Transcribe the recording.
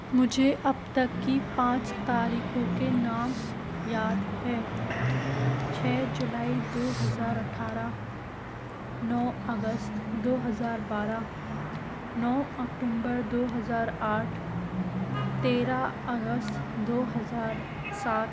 मुझे अब तक की पाँच तारीखों के नाम याद है छः जुलाई दो हज़ार अठारह नौ अगस्त दो हज़ार बारह नौ अक्टूम्बर दो हज़ार आठ तेरह अगस्त दो हज़ार सात